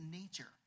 nature